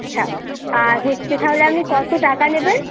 হ্যাঁ আর হচ্ছে তাহলে আপনি কত টাকা নেবেন